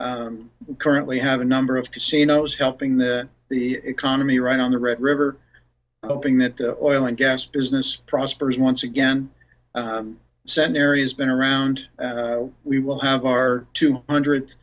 gas currently have a number of casinos helping the the economy right on the red river hoping that the oil and gas business prospers once again send areas been around we will have our two hundred